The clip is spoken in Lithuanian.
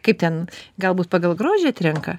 kaip ten galbūt pagal grožį atrenka